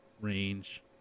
range